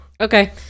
okay